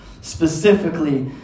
specifically